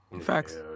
Facts